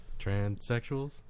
Transsexuals